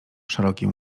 szerokim